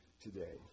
today